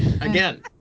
Again